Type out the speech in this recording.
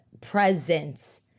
presence